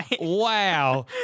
Wow